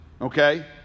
okay